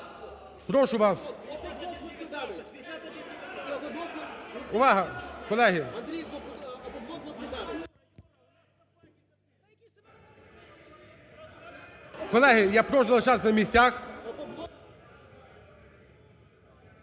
прошу вас. Увага, колеги… Колеги, я прошу залишатися на місцях.